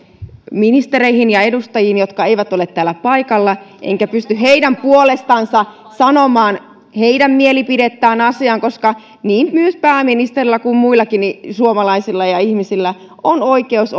ministereihin ja edustajiin jotka eivät ole täällä paikalla enkä pysty heidän puolestansa sanomaan heidän mielipidettään asiaan koska pääministerillä niin kuin muillakin suomalaisilla ja ihmisillä on oikeus